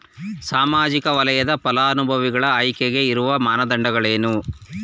ಸಾಮಾಜಿಕ ವಲಯದ ಫಲಾನುಭವಿಗಳ ಆಯ್ಕೆಗೆ ಇರುವ ಮಾನದಂಡಗಳೇನು?